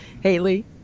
Haley